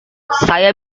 saya